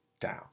down